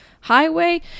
highway